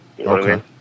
Okay